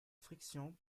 frictions